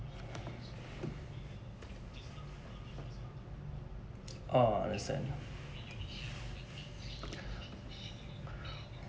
uh understand